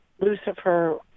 Lucifer